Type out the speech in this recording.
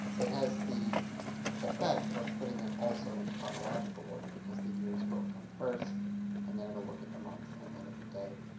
it has the effect of putting them also in chronological order, because the years will come first and then it'll look at the month and then the day.